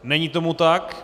Není tomu tak.